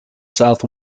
south